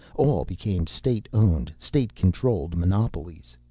all became state-owned, state-controlled monopolies.